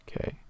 Okay